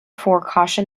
caution